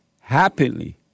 happily